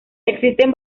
existen